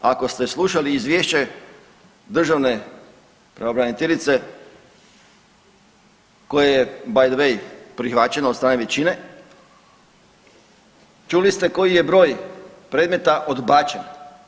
Ako ste slušali izvješće državne pravobraniteljice koje je by the way prihvaćeno od strane većine, čuli ste koji je broj predmeta odbačen.